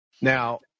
Now